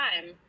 time